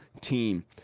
team